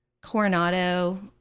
coronado